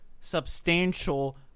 substantial